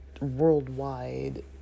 worldwide